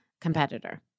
competitor